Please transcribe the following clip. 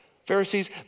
Pharisees